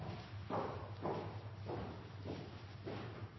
takk